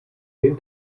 den